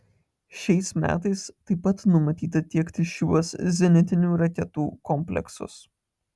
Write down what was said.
šiais metais taip pat numatyta tiekti šiuos zenitinių raketų kompleksus